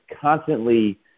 constantly